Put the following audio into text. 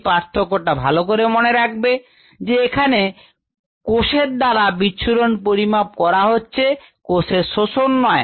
এই পার্থক্যটা ভাল করে মনে রাখবে যে এখানে কোষ দ্বারা বিচ্ছুরণ পরিমাপ করা হচ্ছে কোষ দ্বারা শোষণ নয়